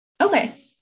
Okay